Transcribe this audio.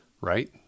Right